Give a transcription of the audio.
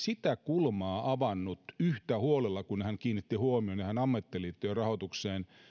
sitä kulmaa avannut yhtä huolella kuin hän kiinnitti huomion näihin ammattiliittojen rahoitukseen puheenvuoro